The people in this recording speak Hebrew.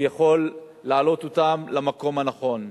ויכול להעלות אותם למקום הנכון.